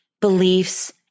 beliefs